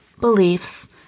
beliefs